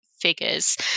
figures